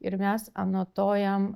ir mes anotuojam